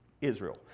Israel